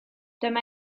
dyma